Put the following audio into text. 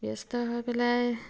ব্যস্ত হৈ পেলাই